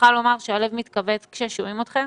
מוכרחה לומר שהלב מתכווץ כששומעים אתכם.